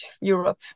Europe